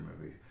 movie